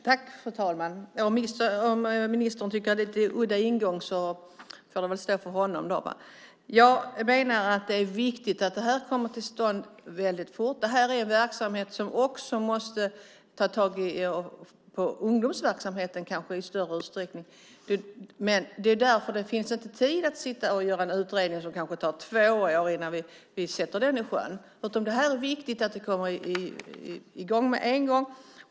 Fru talman! Om ministern tycker att det är en udda ingång får det stå för honom. Jag menar att det är viktigt att det här kommer till stånd väldigt fort. Det här är en verksamhet som också måste ta tag i ungdomsverksamheten i större utsträckning. Det är därför det inte finns tid att sitta och göra en utredning som kanske tar två år innan vi sätter den i sjön. Det är viktigt att det här kommer i gång med en gång.